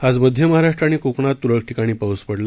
आज मध्य महाराष्ट्र आणि कोकणात तुरळक ठिकाणी पाऊस पडला